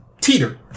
teeter